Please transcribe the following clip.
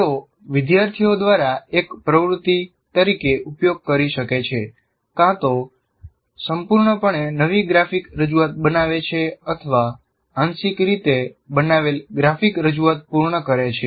તેઓ વિદ્યાર્થીઓ દ્વારા એક પ્રવૃત્તિ તરીકે ઉપયોગ કરી શકે છે કાં તો સંપૂર્ણપણે નવી ગ્રાફિક રજૂઆત બનાવે છે અથવા આંશિક રીતે બનાવેલ ગ્રાફિક રજૂઆત પૂર્ણ કરે છે